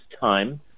time